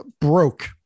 broke